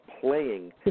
playing